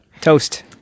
toast